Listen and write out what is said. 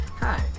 Hi